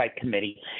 Committee